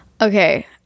Okay